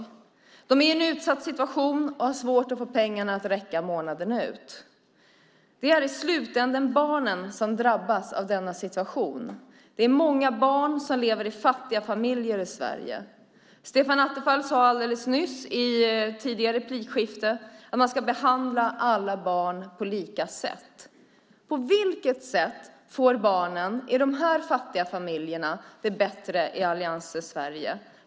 De befinner sig i en utsatt situation och har svårt att få pengarna att räcka månaden ut. I slutändan är det barnen som drabbas av denna situation. Många barn i Sverige lever i fattiga familjer. Stefan Attefall sade i ett tidigare replikskifte att alla barn ska behandlas på samma sätt. På vilket sätt får barnen i de fattiga familjerna det bättre i alliansens Sverige?